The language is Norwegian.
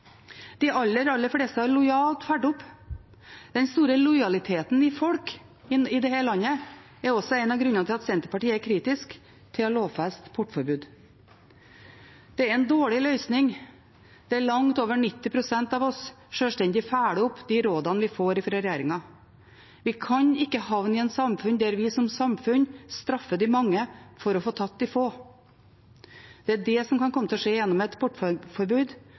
de aller, aller fleste har lojalt fulgt opp. Den store lojaliteten hos folk i dette landet er også en av grunnene til at Senterpartiet er kritisk til å lovfeste portforbud. Det er en dårlig løsning. Det er langt over 90 pst. av oss som selvstendig følger opp de rådene vi får fra regjeringen. Vi kan ikke havne i en situasjon der vi som samfunn straffer de mange for å få tatt de få. Det er det som kan komme til å skje gjennom et